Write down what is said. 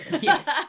Yes